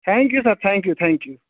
thank you sir thank you thank you